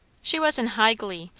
she was in high glee,